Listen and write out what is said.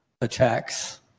attacks